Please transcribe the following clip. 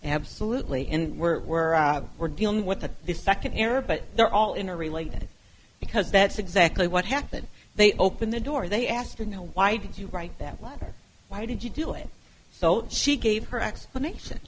absolutely and we're we're we're dealing with the the second era but they're all interrelated because that's exactly what happened they open the door they asked him why did you write that letter why did you do it so she gave her explanation